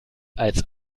als